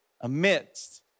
amidst